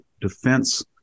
defense